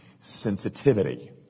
sensitivity